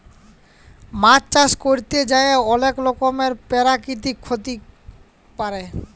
মাছ চাষ ক্যরতে যাঁয়ে অলেক রকমের পেরাকিতিক ক্ষতি পারে